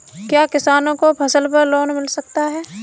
क्या किसानों को फसल पर लोन मिल सकता है?